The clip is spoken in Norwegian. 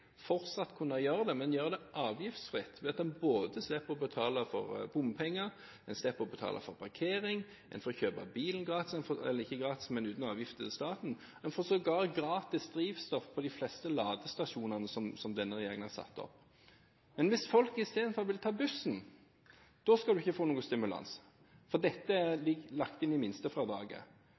gjøre det, men gjøre det avgiftsfritt ved at en både slipper å betale bompenger, parkering, kjøpe bil uten avgifter til staten, og sågar få gratis drivstoff på de fleste ladestasjonene som denne regjeringen har satt opp. Men hvis folk i stedet for vil ta bussen, da skal en ikke få noen stimulans, for dette er lagt inn i